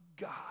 God